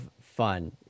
fun